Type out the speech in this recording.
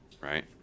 Right